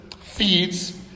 feeds